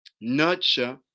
nurture